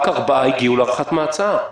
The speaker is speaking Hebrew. רק ארבעה הגיעו להארכת מעצר.